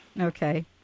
Okay